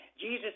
Jesus